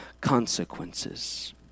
consequences